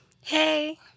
Hey